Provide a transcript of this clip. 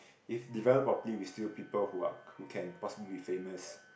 if develop probably we still people who are who can possibly be famous